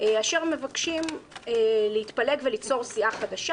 אשר מבקשים להתפלג וליצור סיעה חדשה,